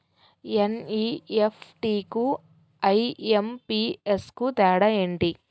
NEFT కు IMPS కు తేడా ఎంటి?